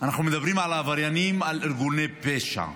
אנחנו מדברים על עבריינים ועל ארגוני פשע,